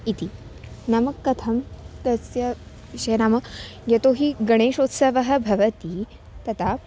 इति नाम कथं तस्य विषये नाम यतो हि गणेशोत्सवः भवति तथा